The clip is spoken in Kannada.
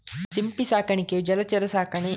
ಸಿಂಪಿ ಸಾಕಾಣಿಕೆಯು ಜಲಚರ ಸಾಕಣೆ